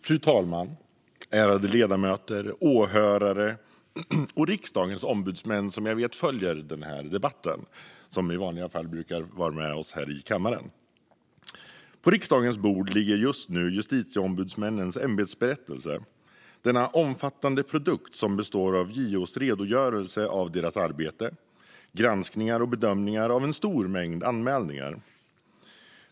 Fru talman, ärade ledamöter, åhörare och riksdagens ombudsmän, som jag vet följer denna debatt och som i vanliga fall brukar vara med oss här i kammaren! På riksdagens bord ligger just nu justitieombudsmännens ämbetsberättelse, denna omfattande produkt som består av JO:s redogörelse för deras arbete, granskningar och bedömningar av en stor mängd anmälningar.